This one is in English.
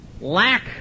lack